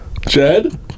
Jed